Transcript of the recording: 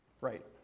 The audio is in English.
right